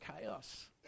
chaos